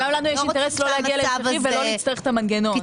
וגם לנו יש אינטרס לא להגיע להמשכי ולא להצטרך את המנגנון.